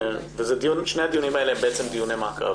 שני הדיונים האלה הם דיוני מעקב,